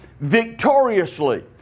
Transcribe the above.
victoriously